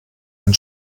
ein